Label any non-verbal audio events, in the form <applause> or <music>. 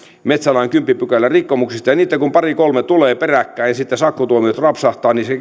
metsälain kymmenennen pykälän rikkomuksista ja niitä kun pari kolme tulee peräkkäin ja sitten sakkotuomiot rapsahtaa niin se <unintelligible>